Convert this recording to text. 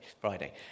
Friday